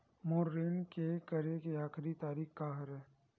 मोर ऋण के करे के आखिरी तारीक का हरे?